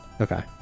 Okay